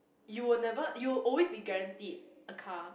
you will never you will always be guaranteed a car